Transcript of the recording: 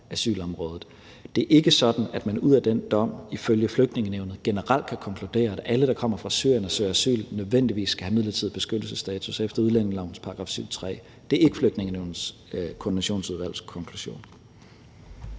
Det er ikke sådan, at man ud af den dom ifølge Flygtningenævnet generelt kan konkludere, at alle, der kommer fra Syrien og søger asyl, nødvendigvis skal have midlertidig beskyttelsesstatus efter udlændingelovens § 7, stk. 3. Det er ikke Flygtningenævnets koordinationsudvalgs konklusion.